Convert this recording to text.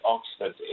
Oxford